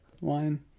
wine